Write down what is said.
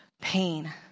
pain